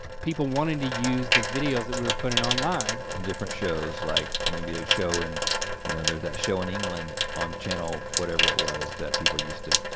people wanting to use the videos that we were putting online. in different shows like maybe a show and you know there's that show in england on channel, whatever it was that people used to.